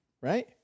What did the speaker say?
right